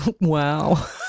Wow